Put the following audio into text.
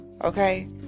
okay